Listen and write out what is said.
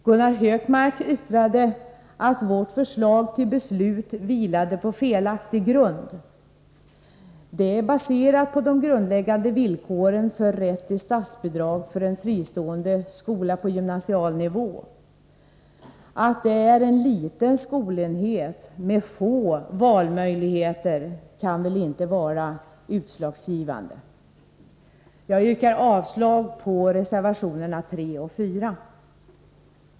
Gunnar Hökmark sade att vårt förslag till beslut vilar på orättvis grund. Det är baserat på de grundläggande villkoren för rätt till statsbidrag för en fristående skola på gymnasial nivå. Att det är en liten skolenhet med få valmöjligheter kan väl inte vara utslagsgivande. Jag yrkar avslag på reservationerna 3 och 4.